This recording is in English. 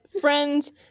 friends